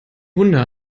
wunder